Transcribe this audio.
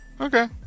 Okay